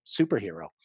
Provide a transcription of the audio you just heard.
superhero